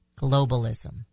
Globalism